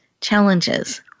challenges